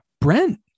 Brent